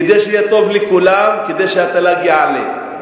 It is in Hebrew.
כדי שיהיה טוב לכולם, כדי שהתל"ג יעלה.